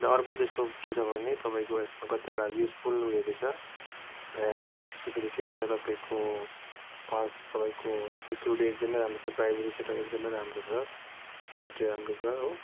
र अर्को चाहिँ यसको के छ भने तपाईँको यसमा कतिवटा युजफुल उयोहरू छ एक्सिबिलिटीहरू छ तपाईँको फास्ट तपाईँको सेक्युरिटी एकदमै राम्रो छ प्राइबेसी सेटअप एकदमै राम्रो छ ब्याट्री राम्रो छ हो